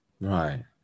right